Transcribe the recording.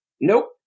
Nope